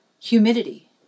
humidity